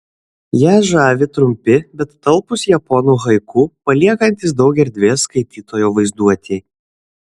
ją žavi trumpi bet talpūs japonų haiku paliekantys daug erdvės skaitytojo vaizduotei